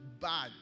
bad